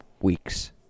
weeks